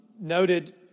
noted